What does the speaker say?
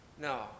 No